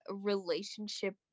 relationship